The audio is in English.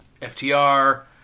FTR